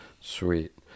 sweet